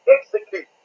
execute